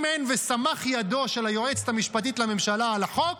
אם אין "וסמך ידו" של היועצת המשפטית לממשלה על החוק,